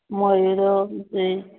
ମୟୂର ସେଇ